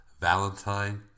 Valentine